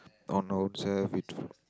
on ownself it